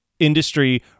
Industry